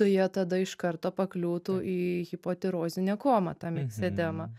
jie tada iš karto pakliūtų į hipotirozinę komą tą miksedemą